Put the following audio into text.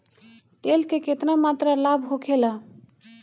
तेल के केतना मात्रा लाभ होखेला?